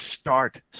start